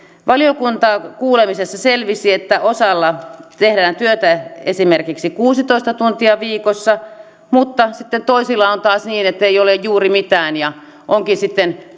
valiokuntakuulemisessa selvisi että osalla teetetään työtä esimerkiksi kuusitoista tuntia viikossa mutta sitten toisilla on taas niin ettei ole juuri mitään ja onkin sitten